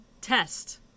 test